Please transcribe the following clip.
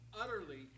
utterly